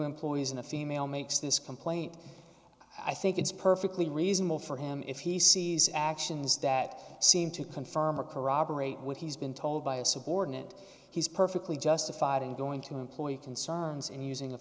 employees and a female makes this complaint i think it's perfectly reasonable for him if he sees actions that seem to confirm or corroborate what he's been told by a subordinate he's perfectly justified in going to employ concerns and using a